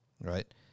right